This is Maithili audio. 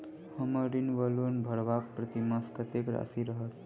हम्मर ऋण वा लोन भरबाक प्रतिमास कत्तेक राशि रहत?